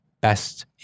best